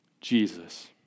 Jesus